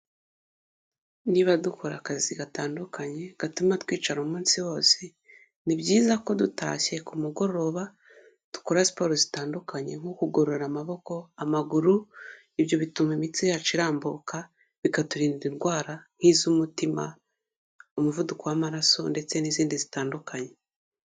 Niba dukora akazi gatandukanye gatuma twicara umunsi wose, ni byiza ko dutashye ku mugoroba dukora siporo zitandukanye nko kugorora amaboko, amaguru, ibyo bituma imitsi yacu irambuka bikaturinda indwara nk'iz'umutima, umuvuduko w'amaraso ndetse n'izindi zitandukanye.